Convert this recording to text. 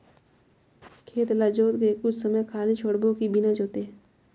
खेत ल जोत के कुछ समय खाली छोड़बो कि बिना जोते?